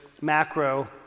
macro